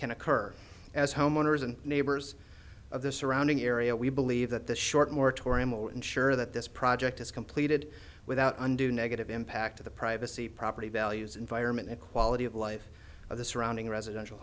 can occur as homeowners and neighbors of the surrounding area we believe that the short moratorium will ensure that this project is completed without undue negative impact to the privacy property values environment and quality of life of the surrounding residential